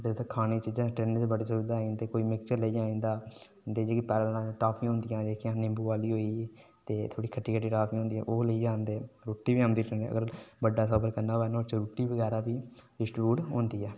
खाने दियां चीज़ा ट्रेना च बडी सुबिधा है कोई मिक्चर लैइयै आई जदां जेकी टाफियां होदी निबूं आली ते थौडी खट्टी खट्टी टाफी होंदी ओह् लेइयै औंदे रुट्टी बी औंदी ते बड़ा सफर करना होऐ ते नुहाडे च रुट्टी बगैरा दी बी शडयूल होंदी ऐ